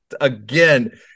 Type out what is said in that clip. again